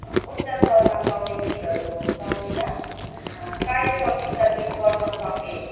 उच्च स्वरमा गाउने गीतहरू गाउँदिनँ कार्यक्रम स्थगित गर्न सके